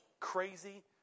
crazy